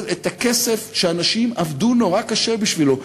את הכסף שאנשים עבדו נורא קשה בשבילו.